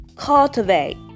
cultivate